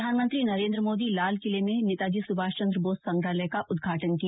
प्रधानमंत्री नरेन्द्र मोदी लालकिले में नेताजी सुभाष चन्द्र बोस संग्रहालय का उदघाटन किया